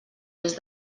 mes